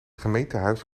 gemeentehuis